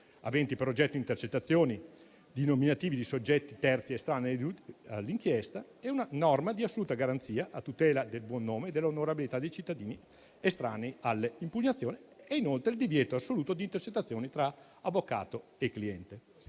aventi per oggetto intercettazioni di nominativi di soggetti terzi estranei all'inchiesta, una norma di assoluta garanzia a tutela del buon nome e dell'onorabilità dei cittadini estranei alle impugnazioni. Il secondo riguarda il divieto assoluto di intercettazioni tra avvocato e cliente.